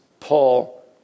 Paul